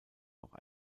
auch